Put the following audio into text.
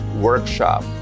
workshop